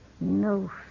No